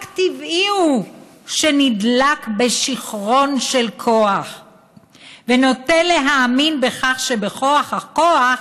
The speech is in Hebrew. רק טבעי הוא שנדלק בשיכרון של כוח ונוטה להאמין בכך שבכוח הכוח